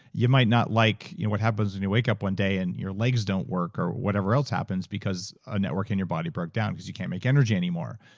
you might not like you know what happens when you wake up one day and your legs don't work or whatever else happens because a network in your body broke down because you can't make energy anymore.